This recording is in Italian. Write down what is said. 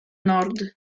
nord